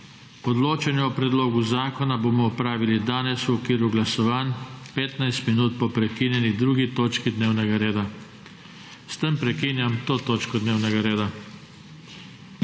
Odločanje o predlogu zakona bomo opravili danes v okviru glasovanj, to je 15 minut po prekinjeni 2. točki dnevnega reda. S tem prekinjam to točko dnevnega reda.